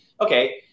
Okay